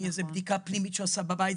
מאיזה בדיקה פנימית שהוא עשה בבית,